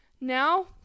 now